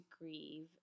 grieve